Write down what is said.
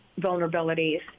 vulnerabilities